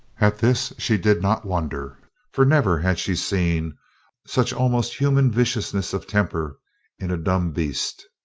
at this she did not wonder for never had she seen such almost human viciousness of temper in a dumb beast.